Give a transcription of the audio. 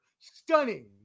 stunning